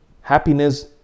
happiness